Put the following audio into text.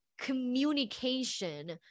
communication